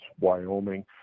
wyoming